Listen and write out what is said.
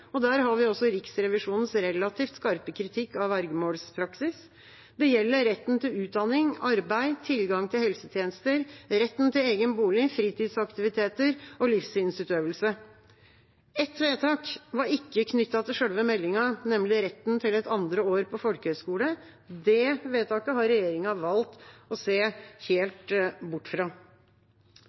og der hadde vi også Riksrevisjonens relativt skarpe kritikk av vergemålspraksis. Det gjelder retten til utdanning, arbeid, tilgang til helsetjenester, retten til egen bolig, fritidsaktiviteter og livssynsutøvelse. Ett vedtak var ikke knyttet til selve meldinga, nemlig retten til et andre år på folkehøyskole. Det vedtaket har regjeringa valgt å se helt bort fra.